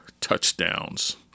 touchdowns